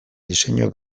diseinu